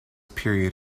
period